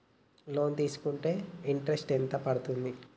Loan తీస్కుంటే interest ఎంత పడ్తది?